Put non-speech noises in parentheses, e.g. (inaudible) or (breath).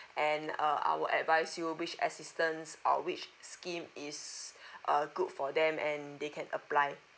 and uh I would advise you which assistance or which scheme is (breath) uh good for them and they can apply